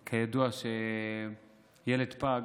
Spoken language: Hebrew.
כידוע, ילד פג,